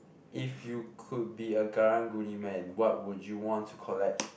if you could be a Karang-Guni man what would you want to collect